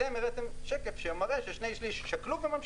אתם הראיתם שקף שמראה ששני שליש שקלו וממשיכים,